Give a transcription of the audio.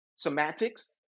semantics